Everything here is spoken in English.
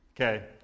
Okay